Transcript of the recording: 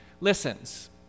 listens